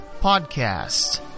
podcast